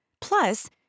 Plus